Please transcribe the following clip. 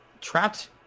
Trapped